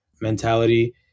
mentality